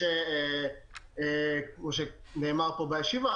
כמו שנאמר פה בישיבה,